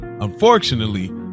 Unfortunately